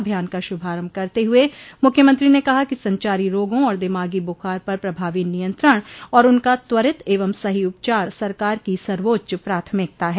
अभियान का शुभारम्भ करते हुए मुख्यमंत्री ने कहा कि संचारी रोगों और दिमागी बुखार पर प्रभावी नियंत्रण और उनका त्वरित और सही उपचार सरकार की सर्वोच्च प्राथमिकता है